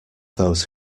those